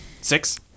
six